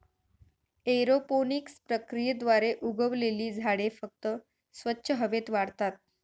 aeroponics प्रक्रियेद्वारे उगवलेली झाडे फक्त स्वच्छ हवेत वाढतात